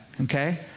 okay